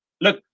Look